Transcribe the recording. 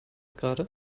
gerade